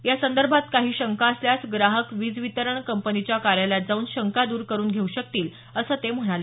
यासंदर्भात काही शंका असल्यास ग्राहक वीज वितरण कंपनीच्या कार्यालयात जाऊन शंका दर करुन घेऊ शकतील असं ते म्हणाले